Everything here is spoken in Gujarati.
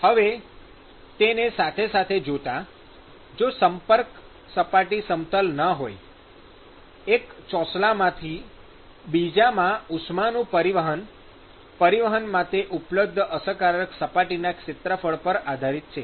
હવે તેને સાથે સાથે જોતાં જો સંપર્ક સપાટી સમતલ ન હોય એક ચોસલામાંથી બીજામાં ઉષ્માનું પરિવહન પરિવહન માટે ઉપલબ્ધ અસરકારક સપાટીના ક્ષેત્રફળ પર આધારીત છે